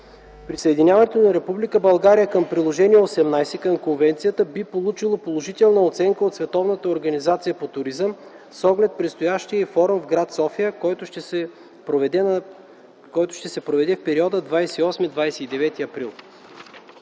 Присъединяването на Република България към Приложение № 18 към конвенцията би получило положителна оценка от Световната организация по туризъм, с оглед и предстоящия й форум в град София, който ще се проведе в периода 28-29 април.